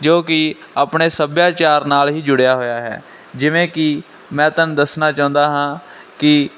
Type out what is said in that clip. ਜੋ ਕਿ ਆਪਣੇ ਸੱਭਿਆਚਾਰ ਨਾਲ ਹੀ ਜੁੜਿਆ ਹੋਇਆ ਹੈ ਜਿਵੇਂ ਕਿ ਮੈਂ ਤੁਹਾਨੂੰ ਦੱਸਣਾ ਚਾਹੁੰਦਾ ਹਾਂ ਕਿ